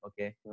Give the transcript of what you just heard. okay